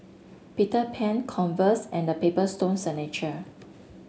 Peter Pan Converse and The Paper Stone Signature